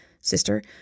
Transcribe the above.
sister